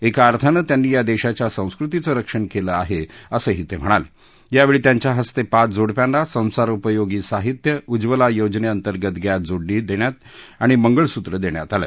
एका अर्थाने त्यांनी या देशाच्या संस्कृतीचं रक्षण केलं आहे असेही ते म्हणाले यावेळी त्यांच्या हस्ते पाच जोडप्यांना संसारोपयोगी साहित्य उज्वला योजने अंतर्गत गॅस जोडणी देण्यात आणि मंगळसूत्र देण्यात आलं